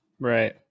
Right